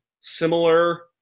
similar